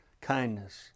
kindness